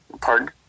Pardon